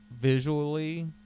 Visually